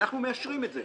אנחנו מאשרים את זה.